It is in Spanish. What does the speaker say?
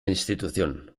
institución